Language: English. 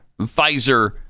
Pfizer